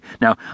Now